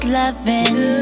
loving